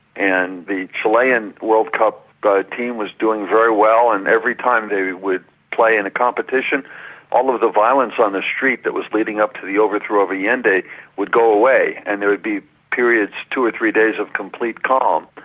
and the chilean world cup team was doing very well and every time they would play in a competition all of the violence on the street that was leading up to the overthrow of allende would go away, and there would be periods, two or three days of complete calm.